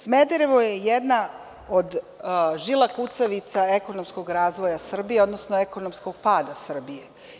Smederevo je jedna od žila kucavica ekonomskog razvoja Srbije, odnosno ekonomskog pada Srbije.